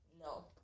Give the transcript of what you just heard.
No